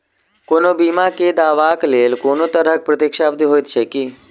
कोनो बीमा केँ दावाक लेल कोनों तरहक प्रतीक्षा अवधि होइत छैक की?